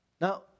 Now